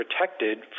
protected